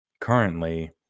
currently